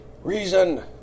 Reason